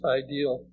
ideal